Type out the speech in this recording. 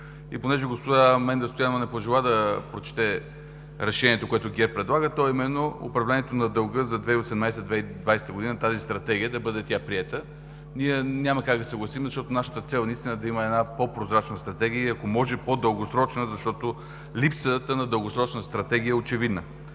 И понеже госпожа Менда Стоянова не пожела да прочете решението, което ГЕРБ предлага, а именно за управлението на дълга за 2018 – 2020 г., то е тази Стратегия да бъде приета. Ние няма как да се съгласим, защото нашата цел е наистина да има една по-прозрачна Стратегия и ако може по-дългосрочна, защото липсата на дългосрочна Стратегия е очевидна.